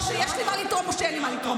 או שיש לי מה לתרום או שאין לי מה לתרום.